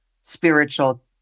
spiritual